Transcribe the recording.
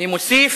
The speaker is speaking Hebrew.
אני מוסיף: